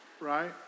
Right